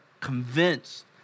convinced